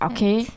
Okay